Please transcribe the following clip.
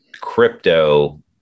crypto